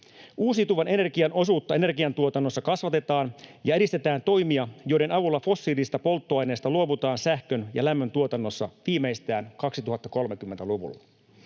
Uusiutuvan energian osuutta energiantuotannossa kasvatetaan ja edistetään toimia, joiden avulla fossiilisista polttoaineista luovutaan sähkön ja lämmön tuotannossa viimeistään 2030-luvulla.